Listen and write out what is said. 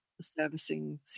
Servicing